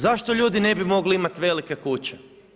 Zašto ljudi ne bi mogli imati velike kuće?